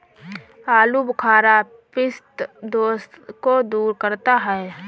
आलूबुखारा पित्त दोष को दूर करता है